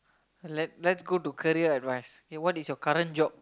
let let's go to career advice okay what is your current job